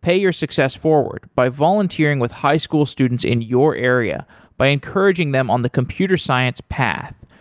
pay your success forward by volunteering with high school students in your area by encouraging them on the computer science path.